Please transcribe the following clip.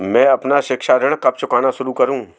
मैं अपना शिक्षा ऋण कब चुकाना शुरू करूँ?